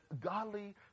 godly